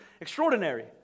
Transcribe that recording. extraordinary